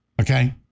okay